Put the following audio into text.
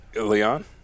Leon